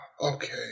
okay